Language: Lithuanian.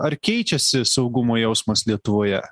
ar keičiasi saugumo jausmas lietuvoje